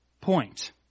point